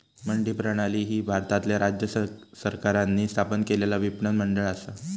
मंडी प्रणाली ही भारतातल्या राज्य सरकारांनी स्थापन केलेला विपणन मंडळ असा